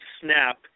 snap